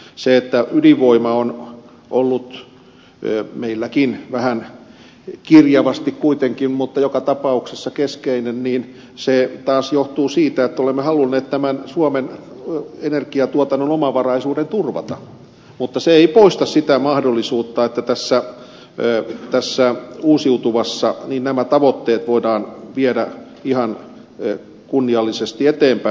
se että ydinvoima on ollut meilläkin vähän kirjavasti kuitenkin mutta joka tapauksessa keskeinen taas johtuu siitä että olemme halunneet tämän suomen energiatuotannon omavaraisuuden turvata mutta se ei poista sitä mahdollisuutta että tässä uusiutuvassa nämä tavoitteet voidaan viedä ihan kunniallisesti eteenpäin